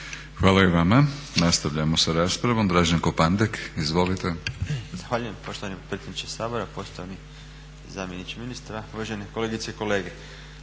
Hvala i vama. Nastavljamo sa raspravom. Draženko Pandek, izvolite. **Pandek, Draženko (SDP)** Zahvaljujem poštovani potpredsjedniče Sabora, poštovani zamjeniče ministra, uvažene kolegice i kolege.